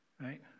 Right